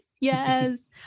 Yes